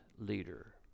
leader